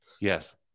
Yes